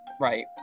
Right